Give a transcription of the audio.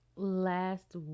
last